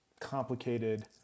complicated